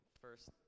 first